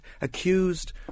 accused